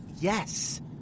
Yes